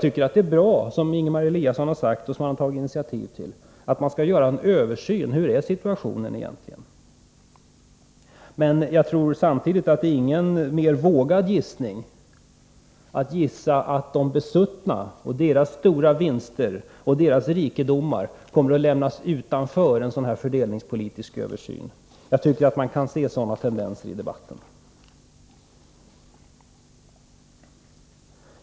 Det är bra att Ingemar Eliasson tar initiativ till en översyn av situationen. Jag tror samtidigt att det inte är någon mera vågad gissning att anta att de besuttnas stora vinster och rikedomar kommer att lämnas utanför en sådan fördelningspolitisk översyn. Man kan se sådana tendenser i debatten.